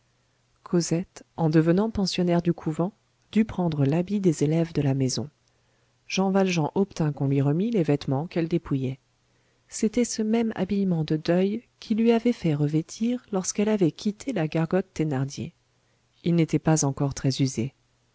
cosette en devenant pensionnaire du couvent dut prendre l'habit des élèves de la maison jean valjean obtint qu'on lui remît les vêtements qu'elle dépouillait c'était ce même habillement de deuil qu'il lui avait fait revêtir lorsqu'elle avait quitté la gargote thénardier il n'était pas encore très usé